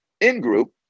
in-group